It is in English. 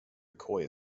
mccoy